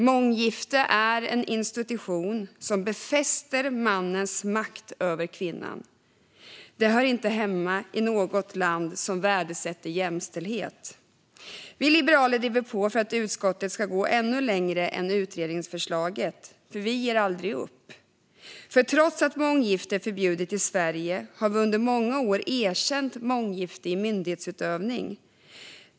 Månggifte är en institution som befäster mannens makt över kvinnan. Det hör inte hemma i något land som värdesätter jämställdhet. Vi liberaler driver på för att utskottet ska gå ännu längre än utredningsförslaget, för vi ger aldrig upp. Trots att månggifte är förbjudet i Sverige har vi under många år erkänt månggifte i myndighetsutövning.